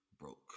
broke